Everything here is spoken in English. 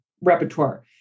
repertoire